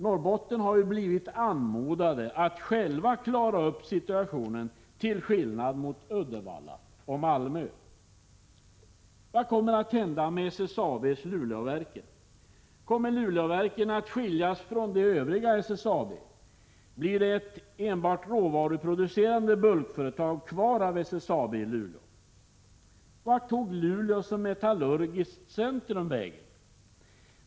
Norrbotten har ju blivit anmodat att själv klara upp sin situation, till skillnad mot Uddevalla och Malmö. Vad kommer att hända med SSAB:s Luleåverken? Kommer Luleåverken att skiljas från det övriga SSAB? Blir det ett enbart råvaruproducerande bulkföretag kvar av SSAB i Luleå? Vart tog Luleå som metallurgiskt centrum vägen?